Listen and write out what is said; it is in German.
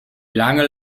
lange